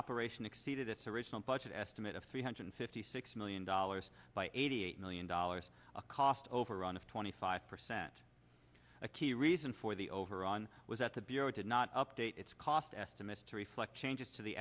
operation exceeded its original budget estimate of three hundred fifty six million dollars by eighty eight million dollars a cost overrun of twenty five percent a key reason for the over on was at the bureau it did not update its cost estimates to reflect changes to the